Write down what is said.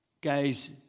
guys